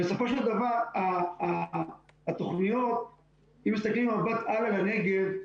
בסופו של דבר, אם מסתכלים במבט על על הנגב,